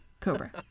cobra